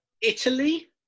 Italy